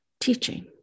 teaching